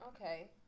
Okay